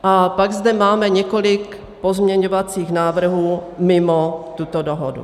A pak zde máme několik pozměňovacích návrhů mimo tuto dohodu.